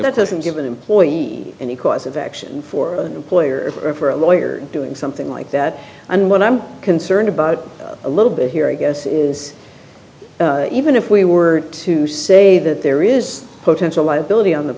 that doesn't give an employee any cause of action for an employer or for a lawyer doing something like that and what i'm concerned about a little bit here i guess is even if we were to say that there is potential liability on the